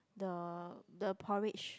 the the porridge